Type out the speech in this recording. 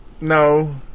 no